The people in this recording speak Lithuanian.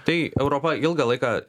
tai europa ilgą laiką